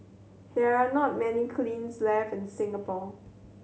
there are not many kilns left in Singapore